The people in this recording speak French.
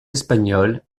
espagnols